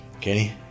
Kenny